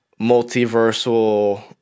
multiversal